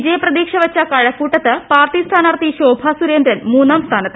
വിജയ പ്രതീക്ഷ വെച്ച കഴക്കൂട്ടത്ത് പാർട്ടി സ്ഥാനാർത്ഥി ശോഭാ സുരേന്ദ്രൻ മൂന്നാം സ്ഥാനത്തായി